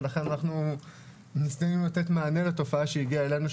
ולכן אנחנו ניסינו לתת מענה לתופעה שהגיעה אלינו,